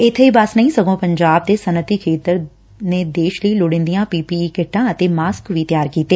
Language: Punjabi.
ਇਬੇ ਹੀ ਬਸ ਨਹੀਂ ਸਗੋਂ ਪੰਜਾਬ ਦੇ ਸੱਨਅਤੀ ਖੇਤਰ ਨੇ ਦੇਸ਼ ਲਈ ਲੋੜੀਂਦੀਆਂ ਪੀਪੀਈ ਕਿੱਟਾਂ ਅਤੇ ਮਾਸਕ ਵੀ ਤਿਆਰ ਕੀਤੇ